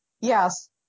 Yes